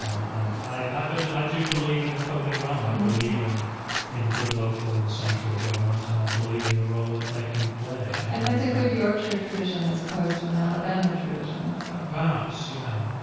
and i, i believe, i do believe in the public realm. i believe in in good local and central government and i believe in the role that they can play and and that's a good yorkshire tradition as opposed to an alabama tradition perhaps, yeah.